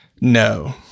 No